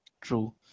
True